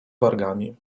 wargami